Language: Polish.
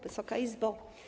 Wysoka Izbo!